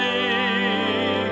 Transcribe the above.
and